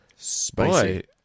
spicy